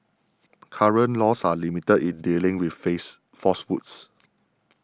current laws are limited in dealing with face falsehoods